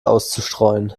auszustreuen